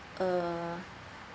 err